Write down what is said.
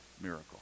miracle